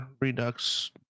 redux